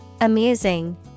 Amusing